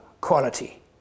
quality